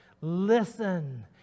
Listen